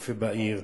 בתי-הקפה בעיר,